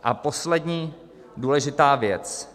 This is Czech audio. A poslední důležitá věc.